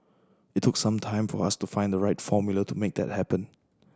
it took some time for us to find the right formula to make that happen